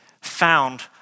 found